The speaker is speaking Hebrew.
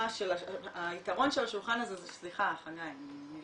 חלק מהיתרון של השולחן הזה זה שולחן עגול,